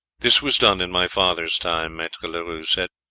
this was done in my father's time, maitre leroux said,